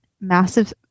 massive